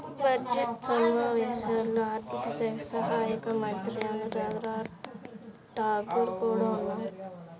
budget సమావేశాల్లో ఆర్థిక శాఖ సహాయక మంత్రి అనురాగ్ ఠాకూర్ కూడా ఉన్నారు